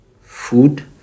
food